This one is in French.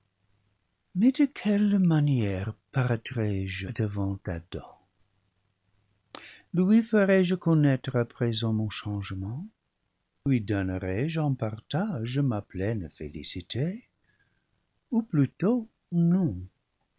mais de quelle manière paraî trai je devant adam lui ferai-je connaître à présent mon changement lui donnerai-je en partage ma pleine félicité ou plutôt non